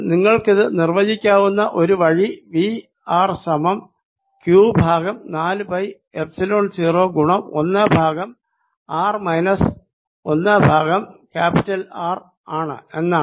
നിങ്ങൾക്കിത് നിർവചിക്കാവുന്ന ഒരു വഴി V r സമം ക്യൂ ബൈ നാല് പൈ എപ്സിലോൺ 0 ഗുണം ഒന്ന് ബൈ r മൈനസ് ഒന്ന് ബൈ R എന്നാണ്